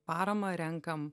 paramą renkam